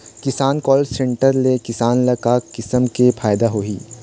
किसान call centre ले किसान ल का किसम के फायदा होही?